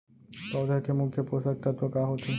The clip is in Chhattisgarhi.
पौधे के मुख्य पोसक तत्व का होथे?